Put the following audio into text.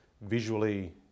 visually